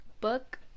book